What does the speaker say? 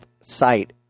sight